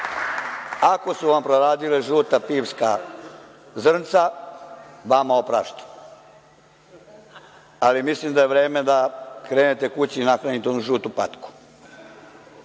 Ako su vam proradila žuta pivska zrnca, vama opraštam, ali mislim da vam je vreme da krenete kući i nahranite onu žutu patku.